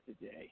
today